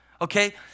Okay